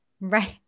right